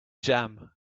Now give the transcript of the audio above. jam